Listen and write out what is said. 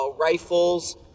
rifles